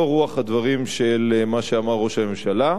זו רוח הדברים של מה שאמר ראש הממשלה.